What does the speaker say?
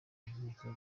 nkiko